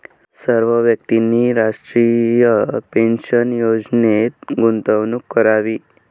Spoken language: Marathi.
सर्व व्यक्तींनी राष्ट्रीय पेन्शन योजनेत गुंतवणूक करावी